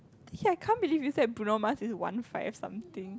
hey I can't believe you said Bruno-Mars is one five something